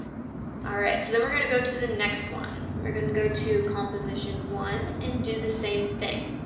alright so then we are going to go to the next one. we are going to go to composition one and do the same thing.